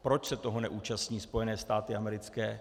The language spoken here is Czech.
Proč se toho neúčastní Spojené státy americké?